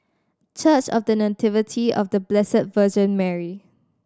Church of The Nativity of The Blessed Virgin Mary